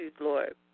Lord